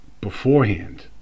beforehand